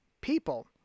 people